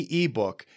ebook